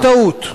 זו טעות.